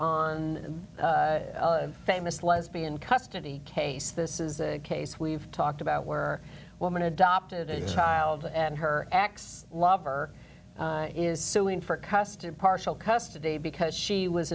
on the famous lesbian custody case this is a case we've talked about where woman adopted a child and her ex lover is suing for custody partial custody because she was